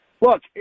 Look